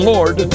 Lord